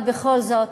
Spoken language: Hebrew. אבל בכל זאת,